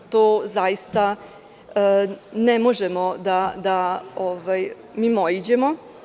To zaista ne možemo da mimoiđemo.